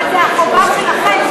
אבל זו החובה שלכם,